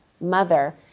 Mother